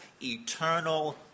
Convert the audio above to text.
eternal